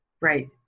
Right